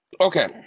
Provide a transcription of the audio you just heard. Okay